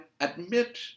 admit